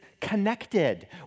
connected